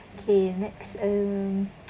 okay next um